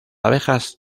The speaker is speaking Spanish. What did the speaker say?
abejas